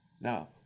Now